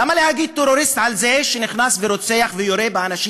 למה להגיד "טרוריסט" על זה שנכנס ורוצח ויורה באנשים